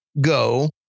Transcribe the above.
go